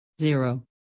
zero